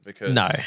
No